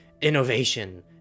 innovation